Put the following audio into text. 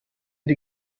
die